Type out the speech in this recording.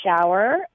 shower